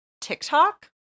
TikTok